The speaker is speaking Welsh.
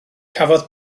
cafodd